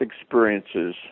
experiences